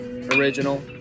Original